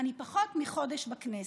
אני פחות מחודש בכנסת,